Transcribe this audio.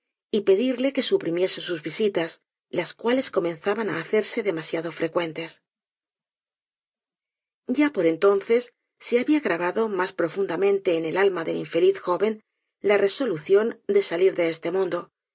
y pedirle que suprimiese sus visitas las cuales comenzaban á hacerse demasiado frecuentes ya por entonces se habia grabado mas profundamente en el alma del infeliz joven la resolución de salir de este mundo